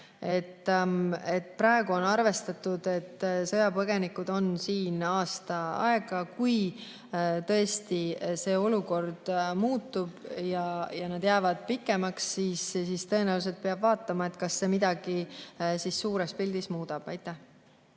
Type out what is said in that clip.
Praegu on arvestatud, et sõjapõgenikud on siin aasta aega. Kui see olukord muutub ja nad jäävad pikemaks, siis tõenäoliselt peab vaatama, kas see midagi suures pildis muudab. Aitäh!